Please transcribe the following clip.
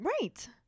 Right